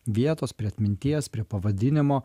vietos prie atminties prie pavadinimo